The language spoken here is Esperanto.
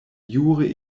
jure